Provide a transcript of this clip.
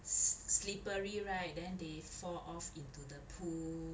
s~ slippery right then they fall off into the pool